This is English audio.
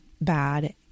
bad